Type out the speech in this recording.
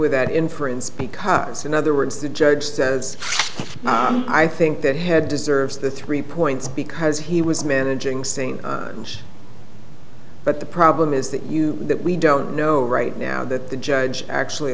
that inference because in other words the judge says i think that had deserves the three points because he was managing same but the problem is that you know that we don't know right now that the judge actually